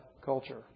culture